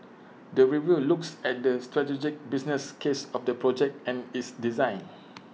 the review looks at the strategic business case of the project and its design